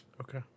Okay